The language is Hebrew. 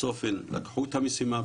"צופן" לקחו את המשימה,